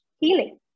healing